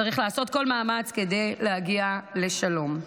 צריך לעשות כל מאמץ כדי להגיע לשלום.